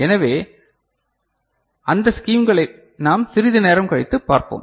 எனவே அந்தத் ஸ்கீம்களை நாம் சிறிது நேரம் கழித்து பார்ப்போம்